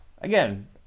again